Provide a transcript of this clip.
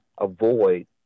avoid